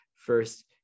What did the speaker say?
first